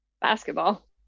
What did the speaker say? Basketball